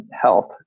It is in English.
health